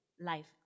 life